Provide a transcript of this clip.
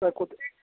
لۄکُٹ